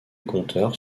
compteurs